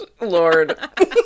Lord